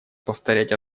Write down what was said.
повторять